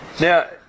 Now